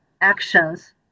actions